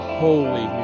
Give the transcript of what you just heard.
holy